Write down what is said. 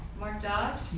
mark dodge?